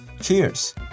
Cheers